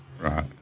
Right